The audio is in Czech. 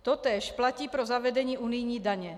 Totéž platí pro zavedení unijní daně.